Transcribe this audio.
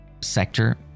sector